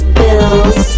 bills